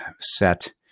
set